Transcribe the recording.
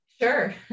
Sure